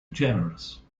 generous